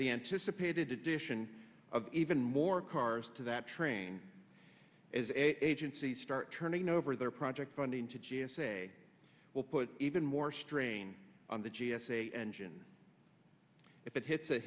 the anticipated addition of even more cars to that train is agencies start turning over their project funding to g s a will put even more strain on the g s a engine if it hits a